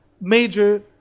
major